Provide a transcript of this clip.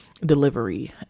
delivery